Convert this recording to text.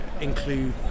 include